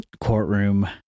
courtroom